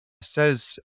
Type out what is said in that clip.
says